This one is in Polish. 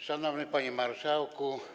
Szanowny Panie Marszałku!